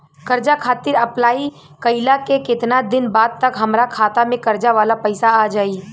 कर्जा खातिर अप्लाई कईला के केतना दिन बाद तक हमरा खाता मे कर्जा वाला पैसा आ जायी?